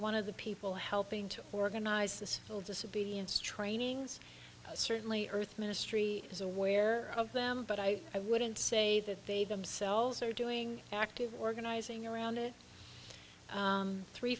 one of the people helping to organize this whole disobedience training's certainly earth ministry is aware of them but i i wouldn't say that they themselves are doing active organizing around it three